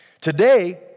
Today